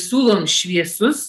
siūlom šviesius